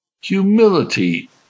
Humility